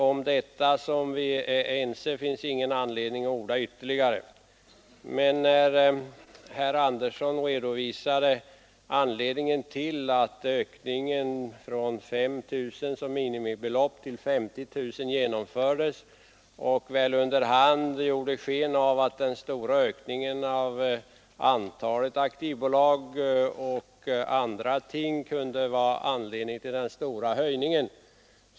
Om detta, som vi är ense om, finns det ingen anledning att orda ytterligare. Herr Andersson redovisade anledningen till att höjningen från 5 000 kronor som minimibelopp till 50 000 kronor genomfördes, och under hand gjorde han sken av att den stora ökning av antalet aktiebolag och andra ting kunde vara anledning till den stora höjningen.